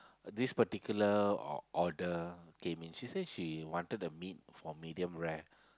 this particular order came in she said she wanted a meat for medium rare